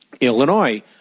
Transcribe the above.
Illinois